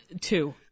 Two